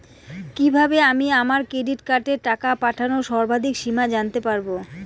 কিভাবে আমি আমার ডেবিট কার্ডের টাকা ওঠানোর সর্বাধিক সীমা জানতে পারব?